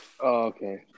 Okay